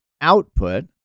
output